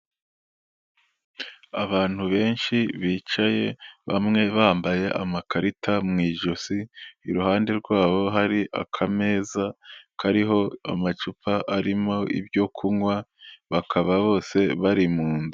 Abantu benshi bicaye, bamwe bambaye amakarita mu ijosi, iruhande rwabo hari akameza, kariho amacupa arimo ibyo kunywa, bakaba bose bari mu nzu.